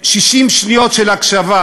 60 שניות של הקשבה,